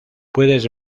puedes